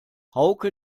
hauke